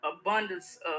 abundance